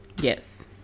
Yes